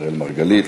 אראל מרגלית,